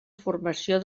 formació